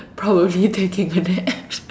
probably taking a nap